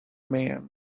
man